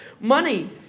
Money